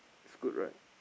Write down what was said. it's good right